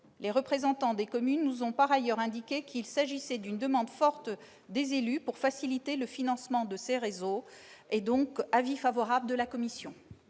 Les représentants des communes nous ont par ailleurs indiqué qu'il s'agissait d'une demande forte des élus pour faciliter le financement de ces réseaux. Pour l'ensemble de ces raisons,